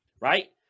Right